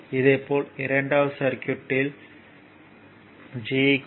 இதேபோல் இரண்டாவது சர்க்யூட்யில் G 0